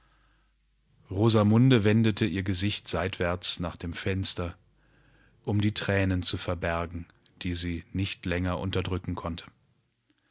dichzusammengenommen rosamunde wendete ihr gesicht seitwärts nach dem fenster um die tränen zu verbergen die sie nicht länger unterdrücken konnte